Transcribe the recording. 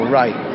right